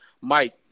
Mike